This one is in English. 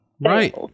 Right